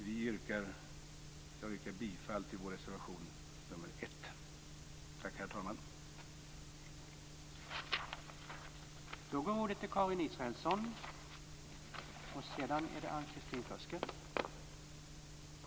Jag står givetvis bakom alla våra reservationer, men jag yrkar bifall endast till reservation nr 1.